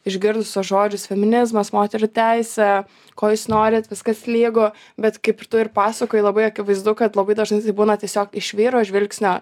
išgirdus tuos žodžius feminizmas moterų teisė ko jūs norit viskas lygu bet kaip ir tu ir pasakojai labai akivaizdu kad labai dažnai tai būna tiesiog iš vyro žvilgsnio